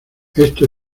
esto